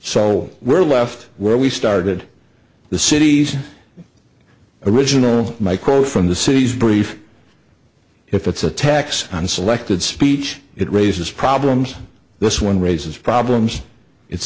so we're left where we started the city's original my quote from the city's brief if it's a tax on selected speech it raises problems this one raises problems it's